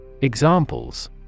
Examples